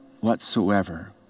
whatsoever